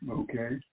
okay